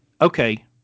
okay